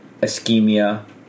ischemia